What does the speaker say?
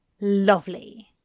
Lovely